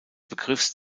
begriffs